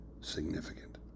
significant